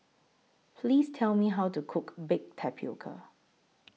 Please Tell Me How to Cook Baked Tapioca